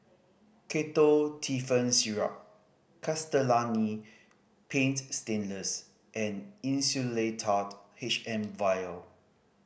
Ketotifen Syrup Castellani Paint Stainless and Insulatard H M Vial